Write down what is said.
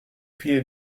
file